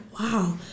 wow